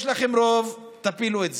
יש לכם רוב, תפילו את זה.